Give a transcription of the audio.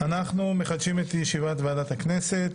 מתכבד לפתוח את ישיבת ועדת הכנסת.